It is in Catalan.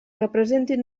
representin